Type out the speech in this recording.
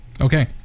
Okay